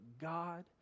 God